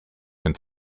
can